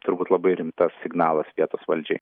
turbūt labai rimtas signalas vietos valdžiai